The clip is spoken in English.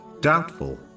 doubtful